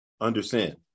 understand